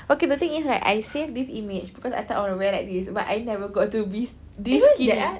okay the thing is right I saved this image because I thought I wanted to wear like this but I never got to be this skinny